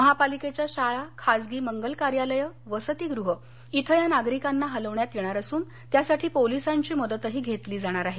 महापालिकेच्या शाळा खासगी मंगल कार्यालय वसतिगृह इथं या नागरिकांना हलवण्यात येणार असून त्यासाठी पोलिसांची मदतही घेतली जाणार आहे